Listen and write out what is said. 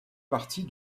partie